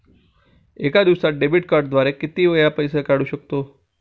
एका दिवसांत डेबिट कार्डद्वारे किती वेळा पैसे काढू शकतो?